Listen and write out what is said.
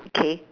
okay